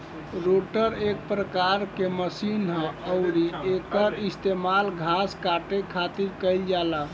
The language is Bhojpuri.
रोटर एक प्रकार के मशीन ह अउरी एकर इस्तेमाल घास काटे खातिर कईल जाला